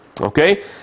Okay